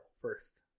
first